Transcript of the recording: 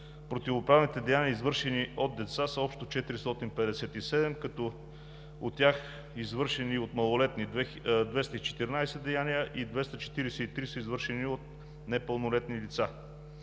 противоправните деяния, извършени от деца, са общо 457, като от тях извършени от малолетни – 214 деяния, и 243 са извършени от непълнолетни лица.